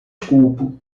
culpo